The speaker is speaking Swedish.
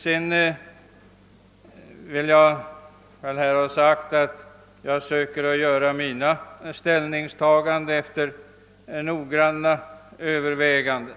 Sedan vill jag ha sagt, att jag söker göra mina ställningstaganden efter noggranna överväganden.